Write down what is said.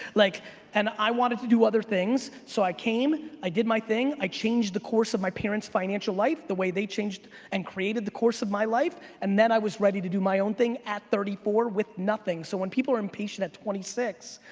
like and i wanted to do other things so i came, i did my thing, i changed the course of my parents' financial life, the way they changed and created the course of my life and then i was ready to do my own thing at thirty four with nothing so when people are impatient at twenty six,